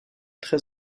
très